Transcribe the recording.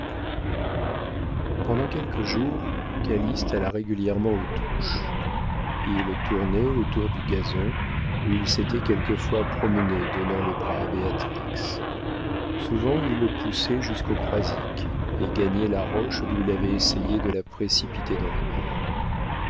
pendant quelques jours calyste alla régulièrement aux touches il tournait autour du gazon où il s'était quelquefois promené donnant le bras à béatrix souvent il poussait jusqu'au croisic et gagnait la roche d'où il avait essayé de la précipiter dans la mer